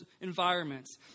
environments